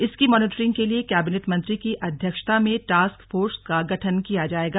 इसकी मॉनिटरिंग के लिए कैबिनेट मंत्री की अध्यक्षता में टास्क फोर्स का गठन किया जाएगा